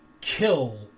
kill